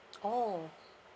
oh